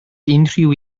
unrhyw